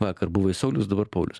vakar buvai saulius dabar paulius